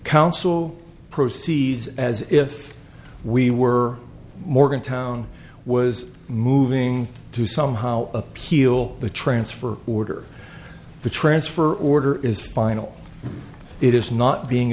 council proceeds as if we were morgantown was moving to somehow appeal the transfer order the transfer order is final it is not being